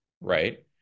right